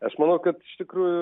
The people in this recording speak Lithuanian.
aš manau kad iš tikrųjų